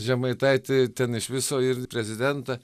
žemaitaitį ten iš viso ir prezidentą